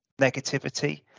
negativity